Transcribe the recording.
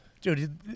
dude